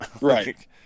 right